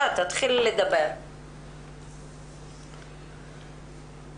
נבקש להעיר נקודה מסוימת שרחל העלתה אותה